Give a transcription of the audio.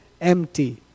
empty